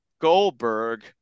Goldberg